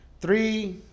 three